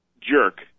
jerk